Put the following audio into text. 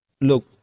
look